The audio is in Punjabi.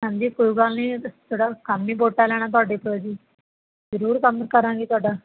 ਹਾਂਜੀ ਕੋਈ ਗੱਲ ਨਹੀਂ ਸਾਡਾ ਕੰਮ ਹੀ ਵੋਟਾਂ ਲੈਣਾ ਤੁਹਾਡੇ ਤੋਂ ਜੀ ਜ਼ਰੂਰ ਕੰਮ ਕਰਾਂਗੇ ਤੁਹਾਡਾ